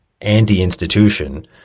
anti-institution –